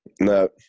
No